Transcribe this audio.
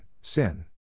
SIN